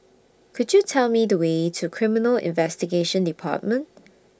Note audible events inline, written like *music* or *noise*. Could YOU Tell Me The Way to Criminal Investigation department *noise*